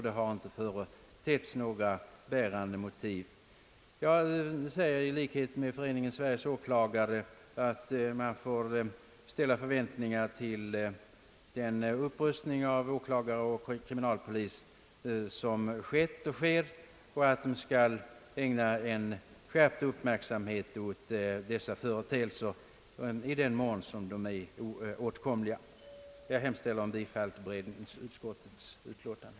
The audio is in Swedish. Det har inte företetts några bärande motiv härför. Jag säger i likhet med Föreningen Sveriges åklagare, att man får ställa förväntningarna till den upprustning av åklagarmyndigheter och kriminalpolis som har skett och sker och hoppas att de skall ägna skärpt uppmärksamhet åt dessa företeelser i den mån problemen är åtkomliga. Jag hemställer, herr talman, om bifall till allmänna beredningsutskottets utlåtande.